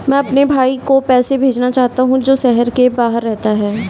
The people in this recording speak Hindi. मैं अपने भाई को पैसे भेजना चाहता हूँ जो शहर से बाहर रहता है